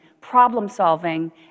problem-solving